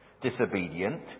disobedient